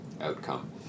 outcome